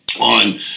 on